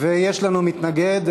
יש לנו מתנגד,